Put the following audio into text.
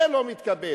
זה לא מתקבל,